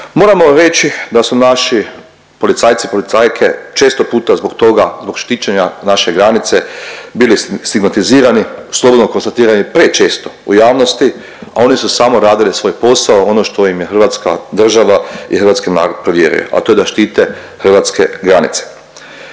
Moramo reći da su naši policajci, policajke često puta zbog toga, zbog štićenja naše granice bili stigmatizirani, slobodno konstatiram i prečesto u javnosti, a oni su samo radili svoj posao, ono što im je Hrvatska država i hrvatski narod povjerio, a to je da štite hrvatske granice.